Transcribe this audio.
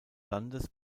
landes